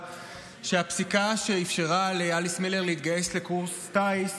שהפסיקה שאפשרה לאליס מילר להתגייס לקורס טיס,